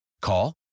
Call